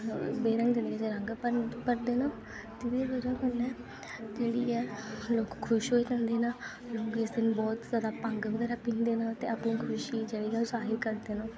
बेरंगें रंग भरदे न एह्दी वजह् कन्नै जेह्ड़ी ऐ लोक खुश होई जंदे न इस दिन बोह्त जादा भंग बगैरा पींदे न ते अपनी खुशी जेह्ड़ी ऐ ओह् जाहिर न